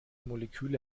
moleküle